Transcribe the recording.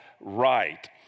right